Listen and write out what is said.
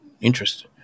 interest